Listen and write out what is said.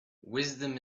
wisdom